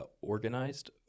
organized